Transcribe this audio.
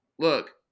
Look